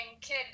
kid